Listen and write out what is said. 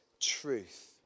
truth